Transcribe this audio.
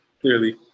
clearly